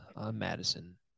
Madison